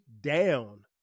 down